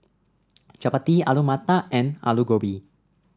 Chapati Alu Matar and Alu Gobi